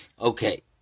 Okay